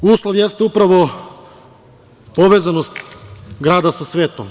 Uslov jeste upravo povezanost grada sa svetom.